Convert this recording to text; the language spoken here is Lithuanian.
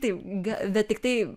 taip ga bet tiktai